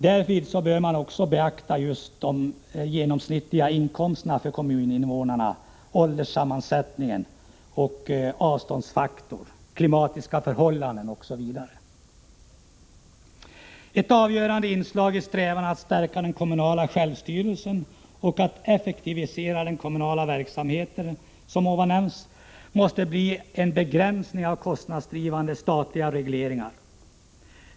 Därvid bör man också beakta just den genomsnittliga inkomsten för kommuninvånarna, ålderssammansättningen, avståndsfaktorn, de klimatiska förhållandena osv. Ett avgörande inslag i strävandena att stärka den kommunala självstyrelsen och att effektivisera den kommunala verksamheten, som här nämnts, måste bli en begränsning av kostnadsdrivande statliga regleringar.